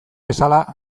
bezala